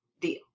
deal